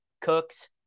Cooks